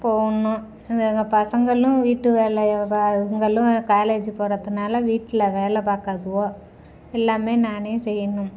போகணும் இந்த எங்கள் பசங்களும் வீட்டு வேலை அதுங்களும் காலேஜு போகறதுனால வீட்டில் வேலை பார்க்காதுவோ எல்லாமே நானே செய்யணும்